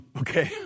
okay